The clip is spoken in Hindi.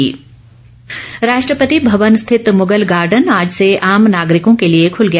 मुगल गार्डन राष्ट्रपति भवन स्थित मुगल गार्डन आज से आम नागरिकों के लिए खुल गया